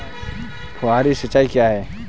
फुहारी सिंचाई क्या है?